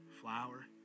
flour